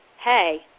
hey